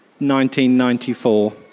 1994